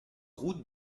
route